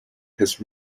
his